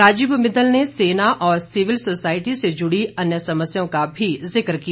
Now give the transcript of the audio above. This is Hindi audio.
राजीव बिंदल ने सेना और सिविल सोसायटी से जुड़ी अन्य समस्याओं का भी जिक किया